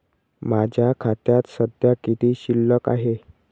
माझ्या खात्यात सध्या किती शिल्लक आहे?